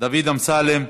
דוד אמסלם,